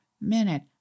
minute